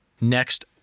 next